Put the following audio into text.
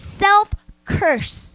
self-curse